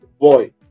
boy